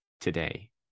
today